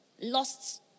Lost